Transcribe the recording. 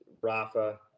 Rafa